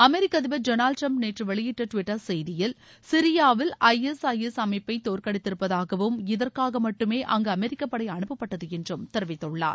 அமெிக்க அதிபர் Donald Trump நேற்று வெளியிட்ட டுவிட்டர் செய்தியில் சிரியாவில் ஐஎஸ்ஐஎஸ் அமைப்பை தோற்கடித்திருப்பதாகவும் இதற்காக மட்டுமே அங்கு அமெரிக்க படை அனுப்பப்பட்டது என்றும் தெரிவித்துள்ளார்